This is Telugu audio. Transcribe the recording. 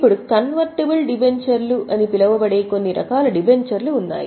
ఇప్పుడు కన్వర్టిబుల్ డిబెంచర్లు అని పిలువబడే కొన్ని రకాల డిబెంచర్లు ఉన్నాయి